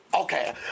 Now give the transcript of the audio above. okay